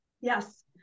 Yes